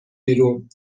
بیرون